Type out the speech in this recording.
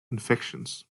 infections